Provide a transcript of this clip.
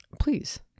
Please